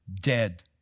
dead